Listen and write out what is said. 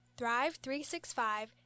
Thrive365